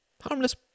Harmless